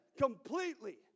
completely